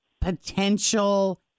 potential